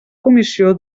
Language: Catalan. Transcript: comissió